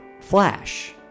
Flash